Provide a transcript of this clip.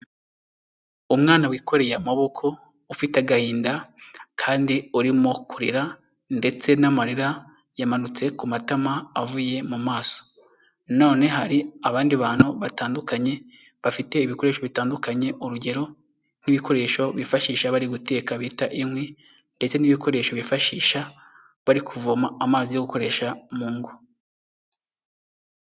Umwana wikoreye amaboko, ufite agahinda kandi urimo kurira ndetse n'amarira yamanutse ku matama avuye mu maso na none hari abandi bantu batandukanye bafite ibikoresho bitandukanye, urugero nk'ibikoresho bifashisha bari guteka bita inkwi ndetse n'ibikoresho bifashisha bari kuvoma amazi yo gukoresha mu ngo.